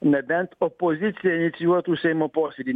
nebent opozicija inicijuotų seimo posėdį